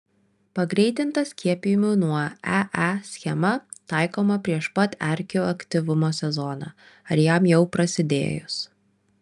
pagreitinta skiepijimų nuo ee schema taikoma prieš pat erkių aktyvumo sezoną ar jam jau prasidėjus